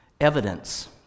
evidence